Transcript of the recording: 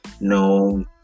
no